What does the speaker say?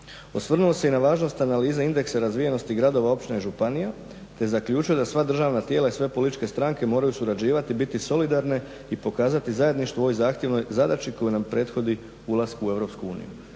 Osvrnuo se i na važnost analize indeksa razvijenosti gradova, općina i županija, te zaključio da sva državna tijela i sve političke stranke moraju surađivati, biti solidarne i pokazati zajedništvo u ovoj zahtjevnoj zadaći koja nam prethodni ulasku u